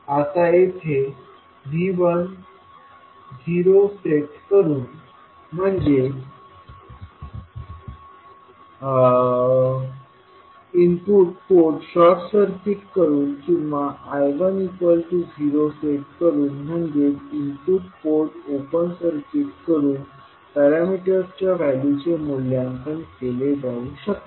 आता येथे V10 set करून म्हणजे इनपुट पोर्ट शॉर्ट सर्किट करून किंवा आणि I10 सेट करून म्हणजेच इनपुट पोर्ट ओपन सर्किट करून पॅरामीटर्सच्या व्हॅल्यूचे मूल्यांकन केले जाऊ शकते